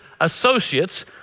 associates